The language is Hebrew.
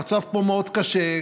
המצב פה מאוד קשה,